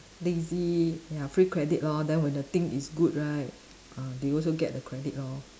lazy ya free credit lor then when the thing is good right ah they also get the credit lor